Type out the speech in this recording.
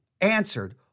answered